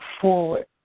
forward